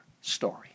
story